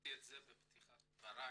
אמרתי את זה בפתיחת דבריי,